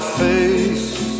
face